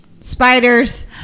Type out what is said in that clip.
Spiders